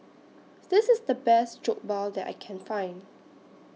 This IS The Best Jokbal that I Can Find